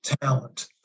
talent